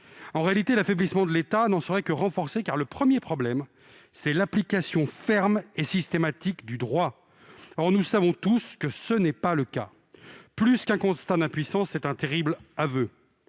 En réalité, l'affaiblissement de l'État n'en serait que renforcé, car, le premier problème, c'est l'application ferme et systématique du droit. Or nous savons tous que tel n'est pas le cas. Plus qu'un constat d'impuissance, c'est un terrible aveu.